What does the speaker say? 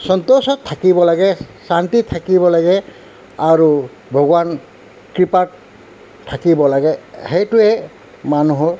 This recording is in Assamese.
সন্তোষত থাকিব লাগে শান্তিত থাকিব লাগে আৰু ভগৱান কৃপাত থাকিব লাগে সেইটোৱে মানুহৰ